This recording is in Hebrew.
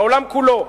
בעולם כולו,